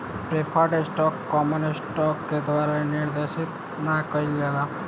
preferred stock common stock के द्वारा निर्देशित ना कइल जाला